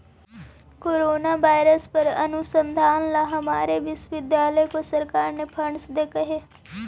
corona virus पर अनुसंधान ला हमारे विश्वविद्यालय को सरकार ने फंडस देलकइ हे